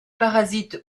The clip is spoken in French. parasite